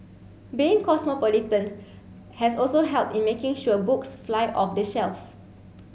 being cosmopolitan has also helped in making sure books fly off the shelves